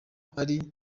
ari